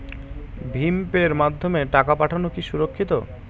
ভিম পের মাধ্যমে টাকা পাঠানো কি সুরক্ষিত?